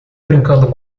brincando